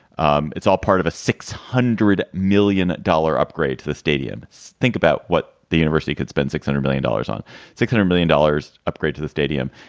um it's all part of a six hundred million dollar upgrade to the stadium think about what the university could spend six hundred million dollars on six hundred million dollars upgrade to the stadium.